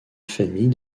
famille